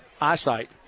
eyesight